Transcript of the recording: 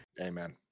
Amen